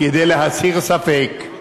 כדי להסיר ספק,